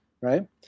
right